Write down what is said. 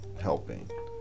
helping